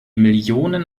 millionen